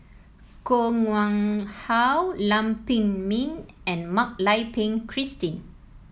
Koh Nguang How Lam Pin Min and Mak Lai Peng Christine